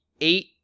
eight